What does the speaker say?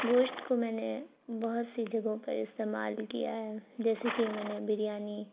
گوشت کو میں نے بہت سی جگہوں پر استعمال کیا ہے جیسے کہ میں نے بریانی